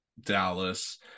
Dallas